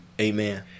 Amen